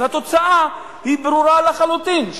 אז התוצאה היא ברורה לחלוטין,